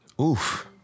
Oof